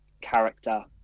character